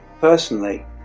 Personally